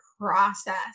process